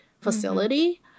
facility